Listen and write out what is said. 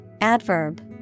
adverb